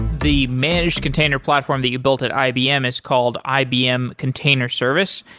the managed container platform that you built at ibm is called ibm container service.